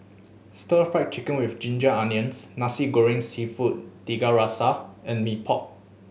Stir Fried Chicken With Ginger Onions Nasi Goreng Seafood Tiga Rasa and Mee Pok